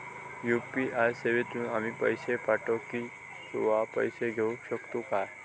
UPI सेवेतून आम्ही पैसे पाठव किंवा पैसे घेऊ शकतू काय?